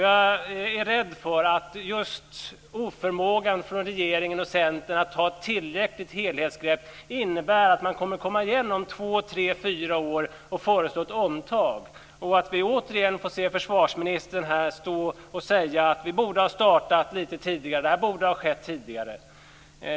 Jag är rädd för att just oförmågan från regeringen och Centern att ta ett tillräckligt helhetsgrepp innebär att man kommer att komma igen om två tre fyra år och föreslå ett omtag och att vi återigen kommer att få se försvarsministern stå här och säga: Vi borde ha startat lite tidigare, och det här borde ha skett tidigare.